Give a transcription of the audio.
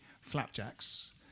flapjacks